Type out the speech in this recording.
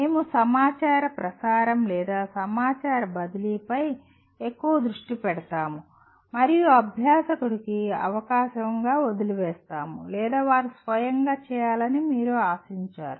మేము సమాచార ప్రసారం లేదా సమాచార బదిలీపై ఎక్కువ దృష్టి పెడతాము మరియు అభ్యాసకుడి కి అవకాశంగా వదిలివేస్తాము లేదా వారు స్వయంగా చేయాలని మీరు ఆశించారు